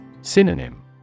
synonym